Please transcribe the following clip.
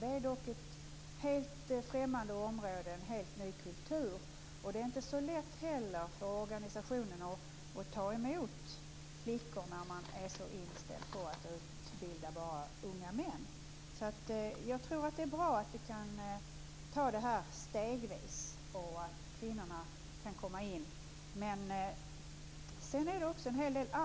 Det är dock ett helt främmande område och en helt ny kultur. Och det är inte heller så lätt för organisationen att ta emot flickor när man är så inställd på att utbilda bara unga män. Jag tror att det är bra att kvinnorna kan komma in stegvis.